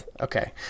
Okay